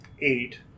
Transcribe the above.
Eight